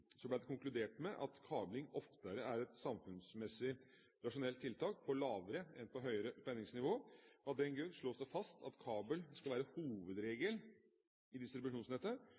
ble det konkludert med at kabling oftere er et samfunnsmessig rasjonelt tiltak på lavere enn på høyere spenningsnivå. Av den grunn slås det fast at kabel skal være hovedregel i distribusjonsnettet